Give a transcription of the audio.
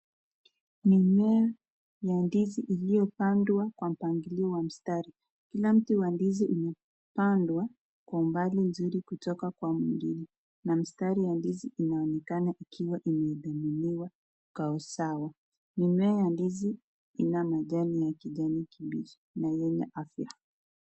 Hii ni mimea ya ndizi iliyopandwa kwa mpangilio wa mstari. Kila mti wa ndizi umepandwa kwa umbali mzuri kutoka kwa mwingine na mistari ya ndizi inaonekana ikiwa imebininiwa kwa usawa. Mimea ya ndizi ina majani ya kijani kibichi na yenye afya.